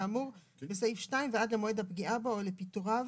כאמור בסעיף 2 ועד למועד הפגיעה בו או לפיטוריו,